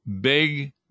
big